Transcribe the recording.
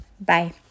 Bye